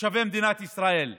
תושבי מדינת ישראל ביבוא.